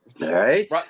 right